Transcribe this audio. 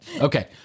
Okay